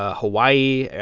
hawaii,